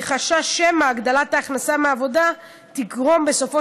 מחשש שמא הגדלת ההכנסה מעבודה תגרום בסופו